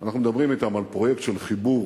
אנחנו מדברים אתם על פרויקט של חיבור